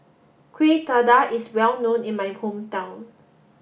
Kuih Dadar is well known in my hometown